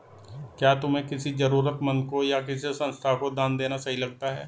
क्या तुम्हें किसी जरूरतमंद को या किसी संस्था को दान देना सही लगता है?